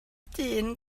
dyn